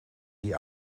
die